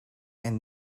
and